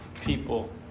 people